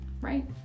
right